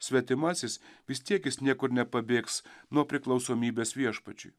svetimasis vis tiek jis niekur nepabėgs nuo priklausomybės viešpačiui